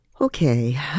Okay